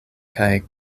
kaj